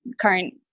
current